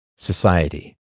society